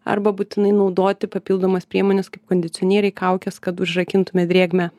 arba būtinai naudoti papildomas priemones kaip kondicionieriai kaukės kad užrakintume drėgmę